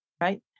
right